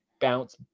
bounce